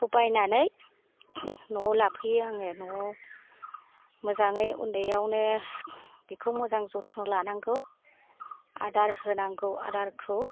बायनानै न'आव लाफैयो आङो न'आव मोजाङै उन्दैयावनो बेखौ मोजां जोथोन लानांगौ आदार होनांगौ आदारखौ